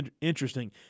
interesting